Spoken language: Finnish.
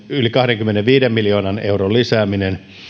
yli kahdenkymmenenviiden miljoonan euron lisääminen